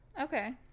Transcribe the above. Okay